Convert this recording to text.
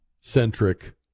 centric